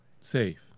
safe